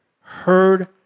heard